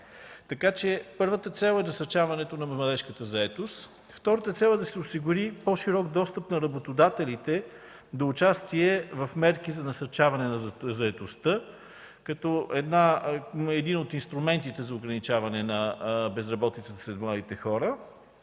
Така че първата цел е насърчаването на младежката заетост. Втората цел е да се осигури по-широк достъп на работодателите до участие в мерки за насърчаване на заетостта като един от инструментите за ограничаване на безработицата сред младите хора.